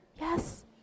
Yes